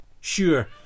sure